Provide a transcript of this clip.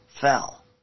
fell